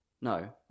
No